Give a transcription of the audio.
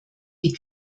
die